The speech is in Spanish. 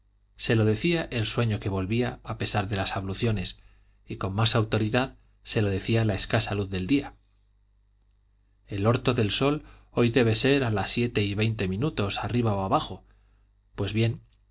se lo decía el sueño que volvía a pesar de las abluciones y con más autoridad se lo decía la escasa luz del día el orto del sol hoy debe de ser a las siete y veinte minuto arriba o abajo pues bien